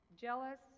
jealous